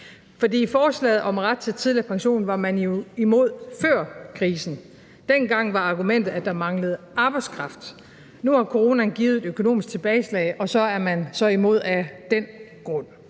fordi forslaget om ret til tidligere pension var man jo imod før krisen. Dengang var argumentet, at der manglede arbejdskraft. Nu har coronaen givet et økonomisk tilbageslag, og så er man så imod af den grund.